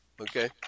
Okay